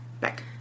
Back